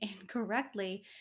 incorrectly